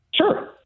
sure